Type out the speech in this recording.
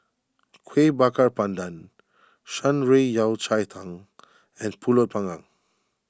Kueh Bakar Pandan Shan Rui Yao Cai Tang and Pulut Panggang